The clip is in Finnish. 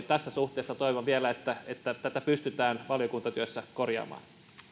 tässä suhteessa toivon vielä että että tätä pystytään valiokuntatyössä korjaamaan